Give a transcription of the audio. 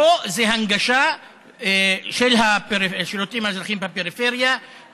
ואת השניות האחרונות שלי אני